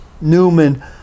Newman